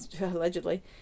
allegedly